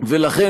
ולכן,